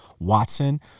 Watson